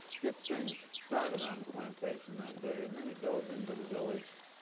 gets things started on the plantation that day, and then he goes into the village,